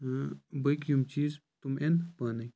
ٲں باقٕے یِم چِیٖز تِم یِن پانَے